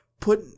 put